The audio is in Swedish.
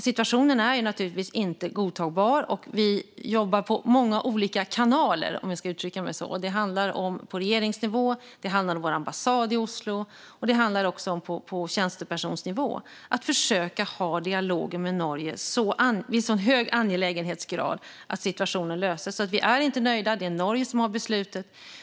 Situationen är givetvis inte godtagbar, och vi jobbar i många olika kanaler - på regeringsnivå, ambassadnivå och tjänstepersonsnivå - för att försöka ha så hög angelägenhetsgrad i dialogen med Norge att situationen kan lösas. Vi är inte nöjda, men det är Norge som har beslutet.